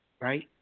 right